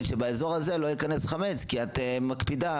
שבאזור הזה לא ייכנס חמץ כי את מקפידה.